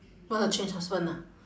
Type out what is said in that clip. want to change husband ah